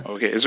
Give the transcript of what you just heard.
Okay